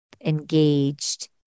engaged